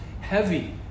heavy